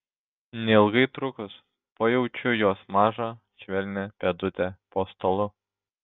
neilgai trukus pajaučiu jos mažą švelnią pėdutę po stalu